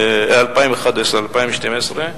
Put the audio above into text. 2011 2012,